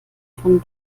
von